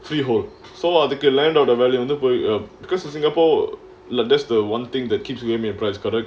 freehold so அதுக்கு:athukku land ஓட:oda value in the world of because in singapore lah that's the one thing that keeps you give me a prize correct